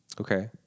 Okay